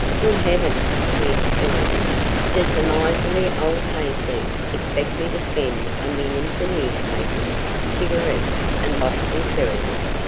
good heavens! he exclaimed does the miserly old hayseed expect me to spend a million for newspapers, cigarettes and boston terriers?